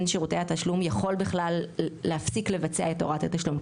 שירותי התשלום יכול בכלל להפסיק לבצע את הוראת התשלום,